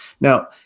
Now